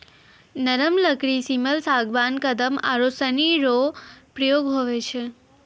नरम लकड़ी सिमल, सागबान, कदम आरू सनी रो प्रयोग हुवै छै